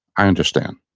i understand.